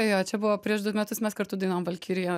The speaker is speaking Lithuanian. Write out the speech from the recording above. jo čia buvo prieš du metus mes kartu dainuojam valkirijo